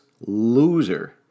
loser